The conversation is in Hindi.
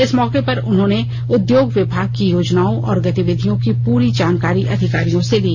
इस मौके पर उन्होंने उद्योग विभाग की योजनाओं और गतिविधियों की पूरी जानकारी अधिकारियों से ली